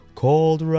called